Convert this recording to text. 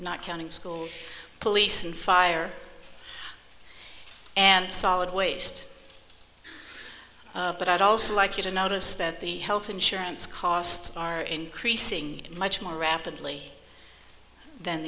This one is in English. not counting schools police and fire and solid waste but i'd also like you to notice that the health insurance costs are increasing much more rapidly than